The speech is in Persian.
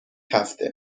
هفته